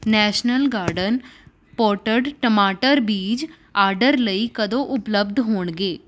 national garden potted ਟਮਾਟਰ ਬੀਜ਼ order ਲਈ ਕਦੋਂ ਉਪਲਬਧ ਹੋਣਗੇ